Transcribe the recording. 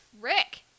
Rick